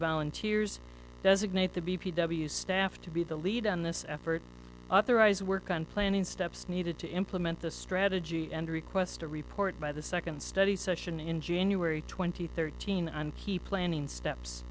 volunteers designate the b p w staff to be the lead on this effort authorized work on planning steps needed to implement the strategy and request a report by the second study session in january twenty third teen on key planning steps